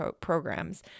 programs